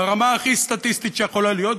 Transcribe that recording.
ברמה הכי סטטיסטית שיכולה להיות,